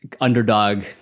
underdog